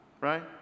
right